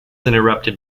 interrupted